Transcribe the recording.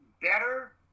better